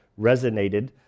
resonated